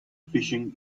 fishing